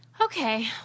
Okay